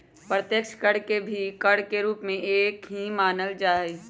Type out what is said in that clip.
अप्रत्यक्ष कर के भी कर के एक रूप ही मानल जाहई